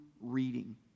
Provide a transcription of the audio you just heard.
reading